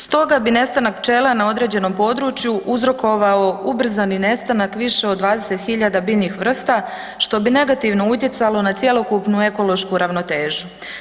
Stoga bi nestanak pčela na određenom području uzrokovao ubrzani nestanak više od 20.000 biljnih vrsta što bi negativno utjecalo na cjelokupnu ekološku ravnotežu.